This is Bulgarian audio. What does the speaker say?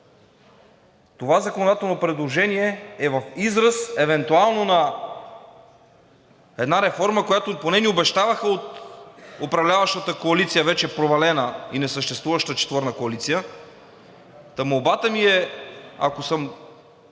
това законодателно предложение е в израз евентуално на една реформа, която поне ни обещаваха от управляващата коалиция – вече провалена и несъществуваща четворна коалиция. Молбата ми е, ако съм